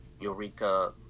Eureka